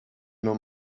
know